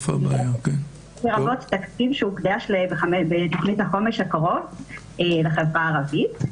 לרבות תקציב שהוקדש בתוכנית החומש הקרובה לחברה הערבית.